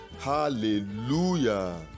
Hallelujah